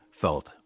felt